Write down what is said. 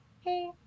hey